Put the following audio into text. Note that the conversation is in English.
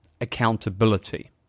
accountability